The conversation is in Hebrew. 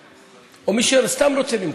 פוטנציאליים או עם מי שסתם רוצה למכור,